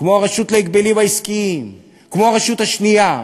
כמו הרשות להגבלים עסקיים, כמו הרשות השנייה,